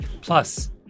Plus